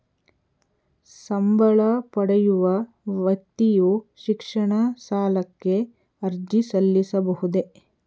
ಸಂಬಳ ಪಡೆಯುವ ವ್ಯಕ್ತಿಯು ಶಿಕ್ಷಣ ಸಾಲಕ್ಕೆ ಅರ್ಜಿ ಸಲ್ಲಿಸಬಹುದೇ?